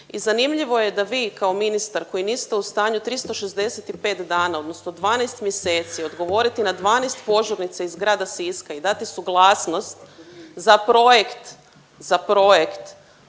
i zanimljivo je da vi kao ministar koji niste u stanju 365 dana odnosno 12 mjeseci odgovoriti na 12 požurnica iz grada Siska i dati suglasnost za projekt, za projekt